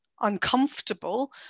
uncomfortable